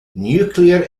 nuclear